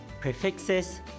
prefixes